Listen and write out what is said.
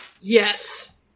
Yes